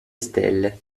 stelle